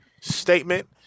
statement